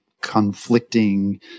conflicting